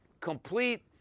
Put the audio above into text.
complete